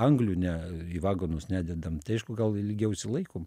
anglių ne į vagonus nededam tai aišku gal ilgiau išsilaikom